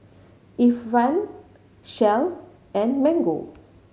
Ifan Shell and Mango